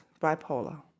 bipolar